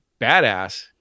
badass